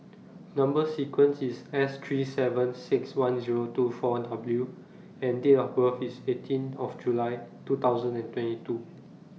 Number sequence IS S three seven six one Zero two four W and Date of birth IS eighteen of July two thousand and twenty two